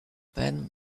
then